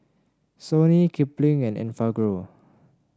Sony Kipling and Enfagrow